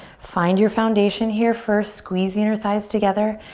find your foundation here first. squeeze the inner thighs together.